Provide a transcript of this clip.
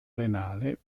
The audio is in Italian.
renale